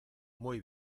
muy